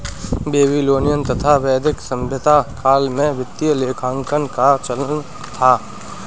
Babylonian तथा वैदिक सभ्यता काल में वित्तीय लेखांकन का चलन था